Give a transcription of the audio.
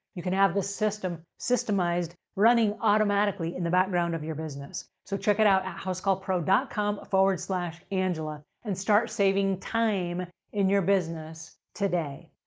you can have the system systemized, running automatically in the background of your business. so, check it out at housecallpro dot com slash angela and start saving time in your business today.